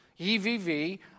EVV